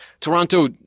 Toronto